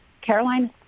Caroline